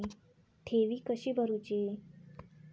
ठेवी कशी भरूची?